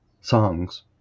songs